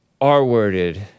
R-worded